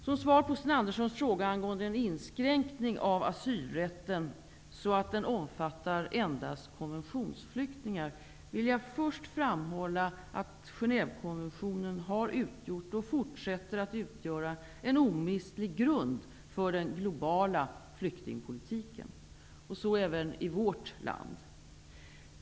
Som svar på Sten Anderssons fråga angående en inskränkning av asylrätten så att den omfattar endast konventionsflyktingar vill jag först framhålla att Genèvekonventionen har utgjort och fortsätter att utgöra en omistlig grund för den globala flyktingpolitiken. Så även i vårt land.